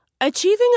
Achieving